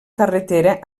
carretera